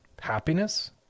Happiness